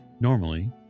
normally